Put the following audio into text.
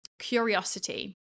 curiosity